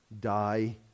die